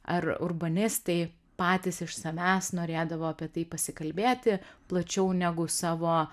ar urbanistai patys iš savęs norėdavo apie tai pasikalbėti plačiau negu savo